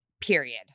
period